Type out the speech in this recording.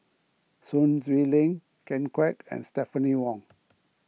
Sun Xueling Ken Kwek and Stephanie Wong